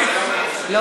להוקיר נשים, בעלות ערך.